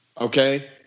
okay